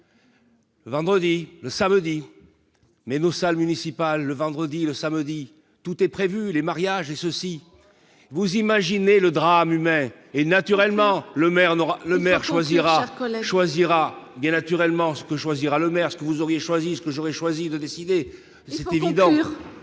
Vendredi, le samedi, mais nos salles municipales le vendredi, le samedi, tout est prévu, les mariages et ceci, vous imaginez le drame humain et naturellement le maire n'aura maire choisira, choisira bien naturellement ce que choisira le maire, ce que vous auriez choisi ce que j'aurais choisi de décider, c'est évident,